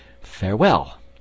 farewell